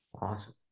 Awesome